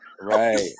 Right